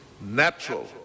natural